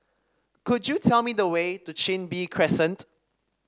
could you tell me the way to Chin Bee Crescent